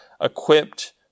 equipped